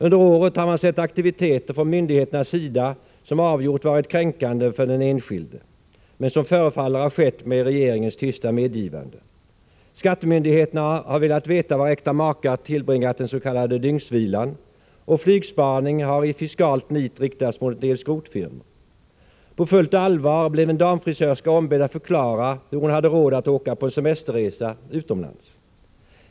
Under året har man sett aktiviteter från myndigheternas sida som avgjort varit kränkande för den enskilde, men som förefaller ha skett med regeringens tysta medgivande. Skattemyndigheterna har velat veta var äkta makar tillbringat den s.k. dygnsvilan, och flygspaning har i fiskalt nit riktats mot en del skrotfirmor. På fullt allvar blev en damfrisörska ombedd att förklara hur hon hade råd att åka på en semesterresa utomlands.